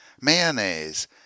mayonnaise